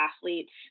athlete's